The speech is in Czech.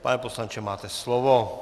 Pane poslanče, máte slovo.